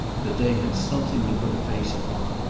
that they had something to put a face upon,